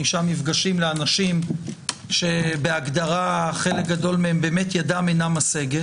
5 מפגשים לאנשים שבהגדרה חלקם הגדול באמת ידם אינה משגת,